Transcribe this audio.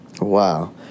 Wow